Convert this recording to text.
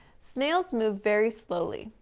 snails move very slowly,